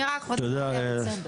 סליחה, אני רק רוצה לענות.